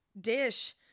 dish